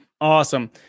Awesome